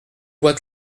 vois